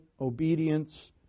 obedience